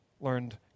learned